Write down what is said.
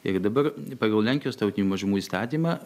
jeigu dabar pagal lenkijos tautinių mažumų įstatymą